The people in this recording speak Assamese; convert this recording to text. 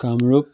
কামৰূপ